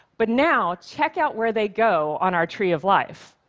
but now check out where they go on our tree of life.